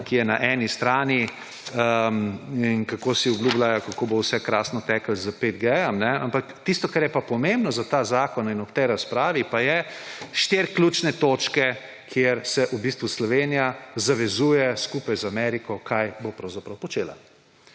ki je na eni strani, kako si obljubljajo, kako bo vse krasno teklo s 5G, ampak tisto, kar je pa pomembno za ta zakon in ob tej razpravi, pa so štiri ključne točke, kjer se v bistvu Slovenija zavezuje skupaj z Ameriko, kaj bo